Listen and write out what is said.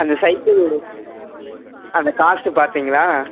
அந்த சைக்கிள் அந்த காஸ்ட் பார்த்தீங்களா